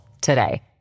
today